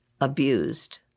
abused